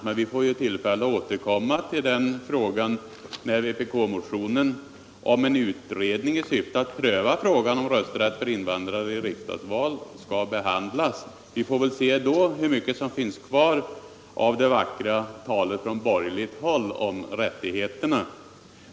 Men vi får ju tillfälle att återkomma till saken när vpk-motionen om utredning i syfte att pröva frågan om rösträtt för invandrare i riksdagsval skall behandlas. Vi får väl då se hur mycket som finns kvar av det vackra talet från borgerligt håll om rättigheterna.